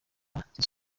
zisubizwa